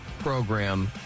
Program